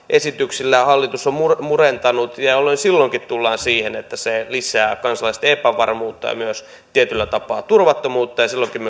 esityksillään hallitus on murentanut silloinkin tullaan siihen että se lisää kansalaisten epävarmuutta ja myös tietyllä tapaa turvattomuutta ja silloinkin